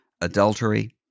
adultery